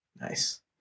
Nice